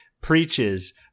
preaches